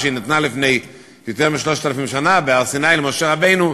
שניתנה לפני יותר מ-3,000 שנה בהר-סיני למשה רבנו,